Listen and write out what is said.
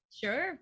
Sure